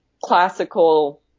classical